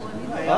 אה.